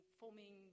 forming